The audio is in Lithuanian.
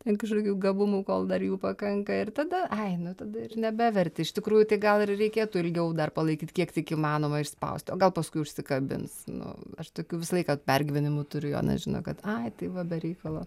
ten kažkokių gabumų kol dar jų pakanka ir tada aj nu tada ir nebeverti iš tikrųjų tai gal ir reikėtų ilgiau dar palaikyt kiek tik įmanoma išspausti o gal paskui užsikabins nu aš tokių visą laiką pergyvenimų turiu jonas žino kad ai tai va be reikalo